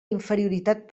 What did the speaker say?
inferioritat